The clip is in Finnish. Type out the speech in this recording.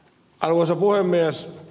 arvoisa puhemies